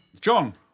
John